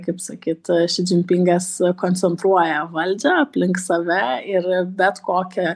kaip sakyt si dzinpingas koncentruoja valdžią aplink save ir bet kokie